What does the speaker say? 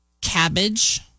cabbage